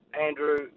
Andrew